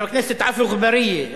חבר הכנסת עפו אגבאריה,